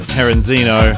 Terenzino